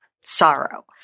sorrow